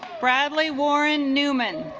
bradley warren newman